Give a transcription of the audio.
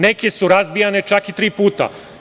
Neke su razbijane čak i tri puta.